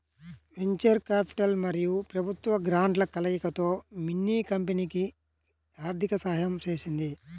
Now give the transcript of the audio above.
venture capital మరియు ప్రభుత్వ గ్రాంట్ల కలయికతో మిన్నీ కంపెనీకి ఆర్థిక సహాయం చేసింది